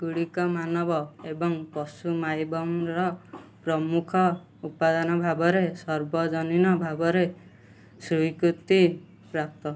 ଗୁଡ଼ିକ ମାନବ ଏବଂ ପଶୁ ମାଇବମ୍ର ପ୍ରମୁଖ ଉପାଦାନ ଭାବରେ ସର୍ବଜନୀନ ଭାବରେ ସ୍ୱୀକୃତି ପ୍ରାପ୍ତ